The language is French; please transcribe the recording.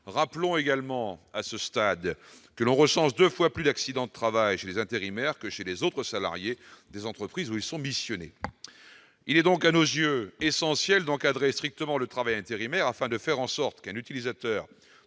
rappelons également à ce stade, que l'on recense 2 fois plus d'accidents de travail chez les intérimaires que chez les autres salariés des entreprises russes sont missionnés il est donc à nos yeux essentielles d'encadrer strictement le travail intérimaire afin de faire en sorte que l'utilisateur